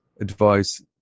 advice